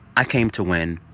i came to win,